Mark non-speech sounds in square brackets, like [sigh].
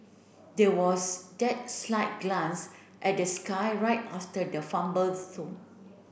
there was that slight glance at the sky right after the fumble [unintelligible]